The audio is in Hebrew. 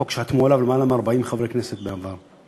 חוק שחתמו עליו למעלה מ-40 חברי כנסת בעבר.